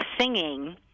singing